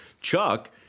Chuck